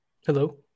Hello